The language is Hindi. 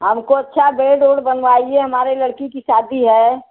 हमको अच्छा बेड उड बनवाइए हमारे लड़की की शादी है